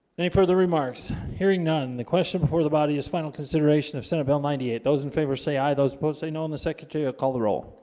any further remarks hearing none the question before the body is final consideration of senate bill ninety eight those in favor say aye those opposed say no in the secretary. i ah call the roll